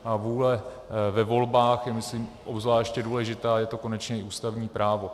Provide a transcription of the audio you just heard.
Ta vůle ve volbách je, myslím, obzvláště důležitá, je to konečně i ústavní právo.